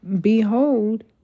Behold